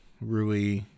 Rui